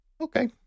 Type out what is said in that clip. Okay